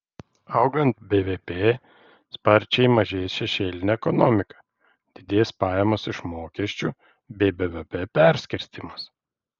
augant bvp sparčiai mažės šešėlinė ekonomika didės pajamos iš mokesčių bei bvp perskirstymas